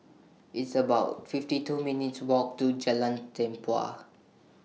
It's about fifty two minutes' Walk to Jalan Tempua